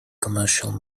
commercial